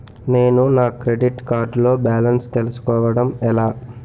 నేను నా credit card లో బాలన్స్ తెలుసుకోవడం ఎలా?